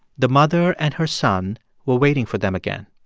the mother and her son were waiting for them again.